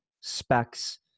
Specs